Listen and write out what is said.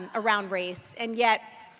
and around race. and yet,